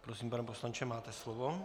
Prosím, pane poslanče, máte slovo.